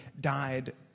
died